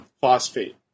phosphate